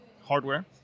hardware